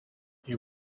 you